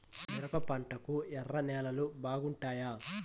మిరప పంటకు ఎర్ర నేలలు బాగుంటాయా?